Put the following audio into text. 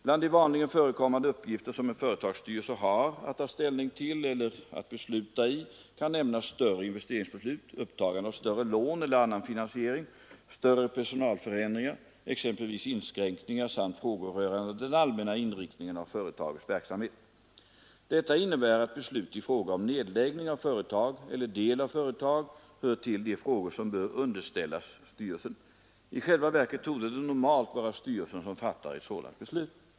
Bland de vanligen förekommande uppgifter som en företagsstyrelse har att ta ställning till eller att besluta i kan nämnas större investeringsbeslut, upptagande av större lån eller annan finansiering, större personalförändringar — exempelvis inskränkningar — samt frågor rörande den allmänna inriktningen av företagets verksamhet. Detta innebär att beslut i fråga om nedläggning av företag eller del av företag hör till de frågor som bör underställas styrelsen. I själva verket torde det normalt vara styrelsen som fattar ett sådant beslut.